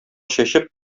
чәчеп